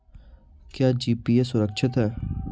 क्या जी.पी.ए सुरक्षित है?